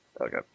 okay